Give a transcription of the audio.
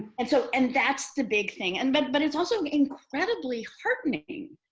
and so and that's the big thing. and but but it's also incredibly heartening,